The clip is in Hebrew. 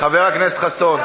חבר הכנסת חסון,